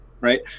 right